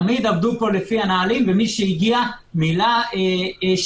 תמיד עבדו פה לפי הנהלים, ומי שהגיע מילא שאלון.